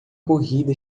corrida